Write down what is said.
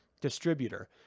distributor